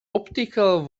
optical